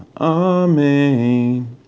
amen